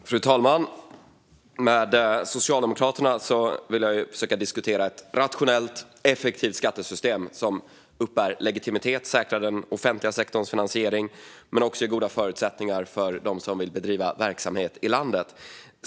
Fru talman! Med Socialdemokraterna ville jag försöka diskutera ett rationellt, effektivt skattesystem som uppbär legitimitet och säkrar den offentliga sektorns finansiering men också ger goda förutsättningar för dem som vill bedriva verksamhet i landet.